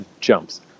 jumps